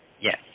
Yes